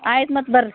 ಆಯ್ತು ಮತ್ತೆ ಬರ್ರಿ